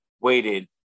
weighted